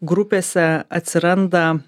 grupėse atsiranda